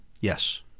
Yes